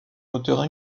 auteur